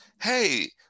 hey